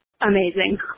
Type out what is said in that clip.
amazing